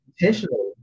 intentionally